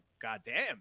goddamn